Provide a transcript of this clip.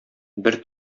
бер